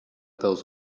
those